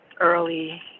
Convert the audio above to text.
early